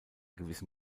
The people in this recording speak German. gewissen